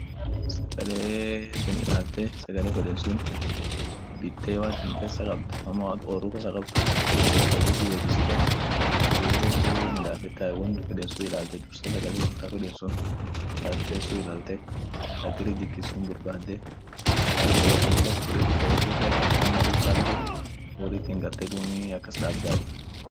sagale sun ilaalte sagale feden sun bite malat pesa kabd au malat sagale ooru kasa kabd woriit jeebisite duum roofu midaafetai won feden sun ilaalte, sagale at feetsun ilaalte taat ridikit su. borbaade woat ooru kasa fudet au dukaa fedet woriit hingalte akas daabdai